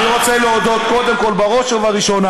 אני רוצה להודות, קודם כול, בראש ובראשונה,